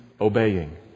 obeying